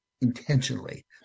intentionally